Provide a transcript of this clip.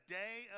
day